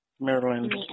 Maryland